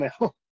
now